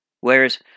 Whereas